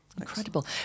Incredible